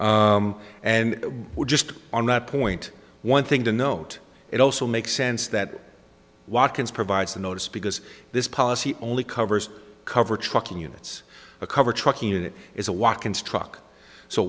do and we were just on that point one thing to note it also makes sense that watkins provides a notice because this policy only covers cover trucking units a cover trucking it is a walk ins truck so